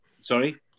Sorry